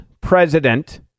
president